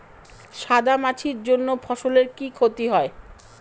সাদা মাছির জন্য ফসলের কি ক্ষতি হয়?